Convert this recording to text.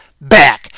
back